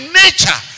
nature